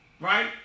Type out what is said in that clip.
Right